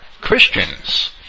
Christians